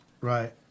Right